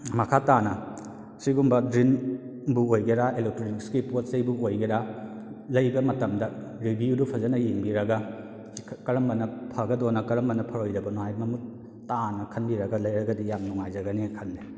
ꯃꯈꯥ ꯇꯥꯅ ꯁꯤꯒꯨꯝꯕ ꯗ꯭ꯔꯤꯜ ꯕꯨ ꯑꯣꯏꯒꯦꯔꯥ ꯏꯂꯦꯛꯇ꯭ꯔꯣꯅꯤꯛꯁꯀꯤ ꯄꯣꯠꯆꯩꯕꯨ ꯑꯣꯏꯒꯦꯔꯥ ꯂꯩꯕ ꯃꯇꯝꯗ ꯔꯤꯚꯤꯌꯨꯗꯨ ꯐꯖꯅ ꯌꯦꯡꯕꯤꯔꯒ ꯀꯔꯝꯕꯅ ꯐꯒꯗꯣꯏꯅꯣ ꯀꯔꯝꯕꯅ ꯐꯔꯣꯏꯗꯕꯅꯣ ꯍꯥꯏꯕꯗꯣ ꯃꯃꯨꯠ ꯇꯥꯅ ꯈꯟꯕꯤꯔꯒ ꯂꯩꯔꯒꯗꯤ ꯌꯥꯝ ꯅꯨꯡꯉꯥꯏꯖꯒꯅꯦꯅ ꯈꯜꯂꯦ